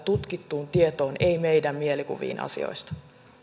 tutkittuun tietoon ei meidän mielikuviimme asioista